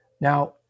Now